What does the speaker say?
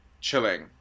chilling